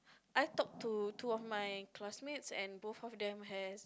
I talk to two of my classmates and both of them has